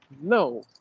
no